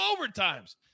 overtimes